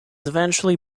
eventually